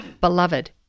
Beloved